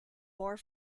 more